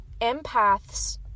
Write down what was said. empaths